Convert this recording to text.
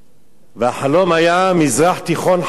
והחלום היה מזרח תיכון חדש,